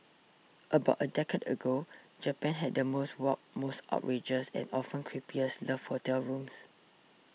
about a decade ago Japan had the most warped most outrageous and often creepiest love hotel rooms